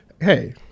hey